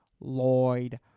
Lloyd